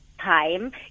time